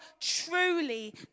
truly